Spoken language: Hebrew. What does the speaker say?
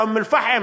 באום-אלפחם,